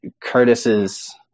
Curtis's